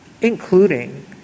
including